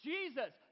Jesus